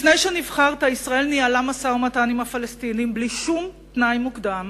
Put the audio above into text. לפני שנבחרת ישראל ניהלה משא-ומתן עם הפלסטינים בלי שום תנאי מוקדם,